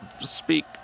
speak